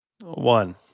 One